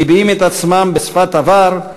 מביעים את עצמם בשפת עבר,